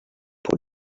pour